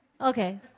Okay